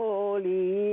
Holy